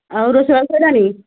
ଆଉ ରୋଷେଇବାସ ସରିଲାଣି